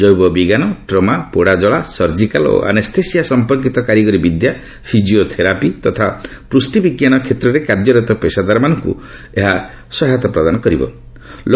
ଜୈବବିଜ୍ଞାନ trauma ପୋଡ଼ାଜଳା surgical ଓ anaesthesia ସମ୍ପର୍କୀତ କାରିଗରୀ ବିଦ୍ୟା ଫିଜିଓଥେରାପି ତଥା ପୁଷ୍ଟିବିଜ୍ଞାନ କ୍ଷେତ୍ରରେ କାର୍ଯ୍ୟରତ ପେସାଦାରମାନଙ୍କୁ ସହାୟତା ପ୍ରଦାନ କରିବା ଏହି ବିଲ୍ର ଲକ୍ଷ୍ୟ